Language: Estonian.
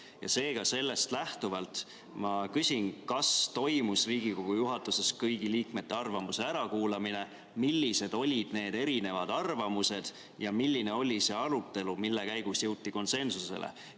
Sellest lähtuvalt ma küsin: kas toimus Riigikogu juhatuse kõigi liikmete arvamuse ärakuulamine? Millised olid need erinevad arvamused ja milline oli see arutelu, mille käigus jõuti konsensusele?